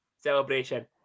Celebration